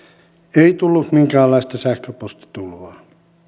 ei tullut minkäänlaista sähköpostitulvaa